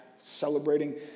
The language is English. celebrating